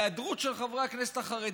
ההיעדרות של חברי הכנסת החרדים,